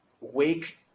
wake